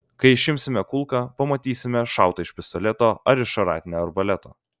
kai išimsime kulką pamatysime šauta iš pistoleto ar iš šratinio arbaleto